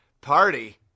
party